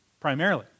primarily